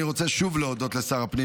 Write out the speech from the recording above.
אני רוצה שוב להודות לשר הפנים,